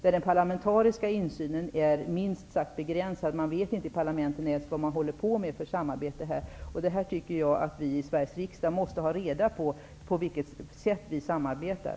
Den parlamentariska insynen är minst sagt begränsad. I parlamenten vet man inte ens vad det är fråga om för samarbete. Jag tycker att vi i Sveriges riksdag måste ha reda på hur vi samarbetar.